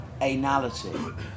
anality